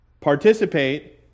participate